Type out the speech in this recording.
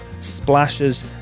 splashes